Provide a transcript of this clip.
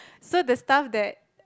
so the stuff that